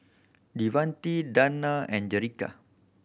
Devante Danna and Jerrica